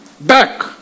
Back